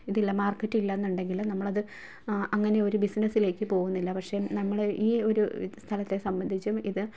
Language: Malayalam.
ഇതില്ല മാർക്കറ്റ് ഇല്ല എന്നുണ്ടെങ്കിൽ നമ്മൾ അത് അങ്ങനെ ഒരു ബിസിനെസ്സിലേക്ക് പോകുന്നില്ല പക്ഷേ നമ്മൾ ഈ ഒരു സ്ഥലത്തെ സംബന്ധിച്ച് ഇത്